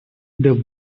they